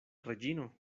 reĝino